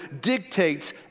dictates